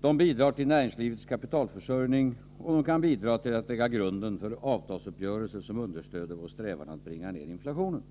de bidrar till näringslivets kapitalförsörjning och de kan bidra till att lägga grunden för avtalsuppgörelser som understöder vår strävan att bringa ned inflationen.